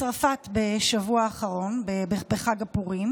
בצרפת בשבוע האחרון, בחג הפורים,